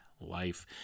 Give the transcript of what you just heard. life